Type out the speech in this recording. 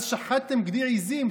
אז שחטתם גדי עיזים,